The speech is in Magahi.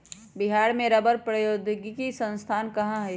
बिहार में रबड़ प्रौद्योगिकी के संस्थान कहाँ हई?